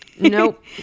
nope